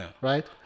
right